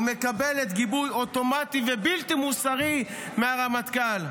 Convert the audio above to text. ומקבלת גיבוי אוטומטי ובלתי מוסרי מהרמטכ"ל.